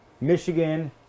Michigan